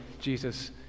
Jesus